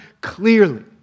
clearly